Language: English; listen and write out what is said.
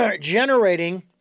generating